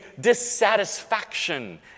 dissatisfaction